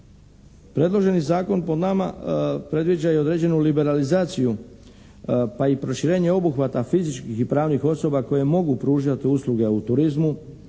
Predloženi zakon po nama predviđa i određenu liberalizaciju pa i proširenje obuhvata fizičkih i pravnih osoba koje mogu pružati usluge u turizmu